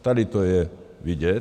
Tady to je vidět.